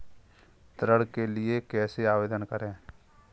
ऋण के लिए कैसे आवेदन करें?